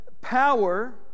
power